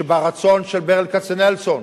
ברצון של ברל כצנלסון,